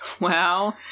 Wow